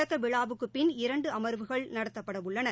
தொடக்க விழாவுக்குப் பின் இரண்டு அம்வுகள் நடத்தப்பட உள்ளன